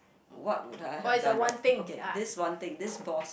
what would I have done right okay this one thing this boss